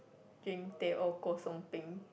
drink teh O Kosong peng